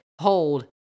hold